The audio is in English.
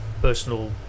personal